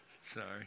Sorry